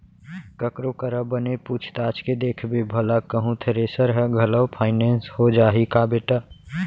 ककरो करा बने पूछ ताछ के देखबे भला कहूँ थेरेसर ह घलौ फाइनेंस हो जाही का बेटा?